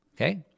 Okay